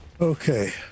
Okay